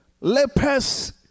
Lepers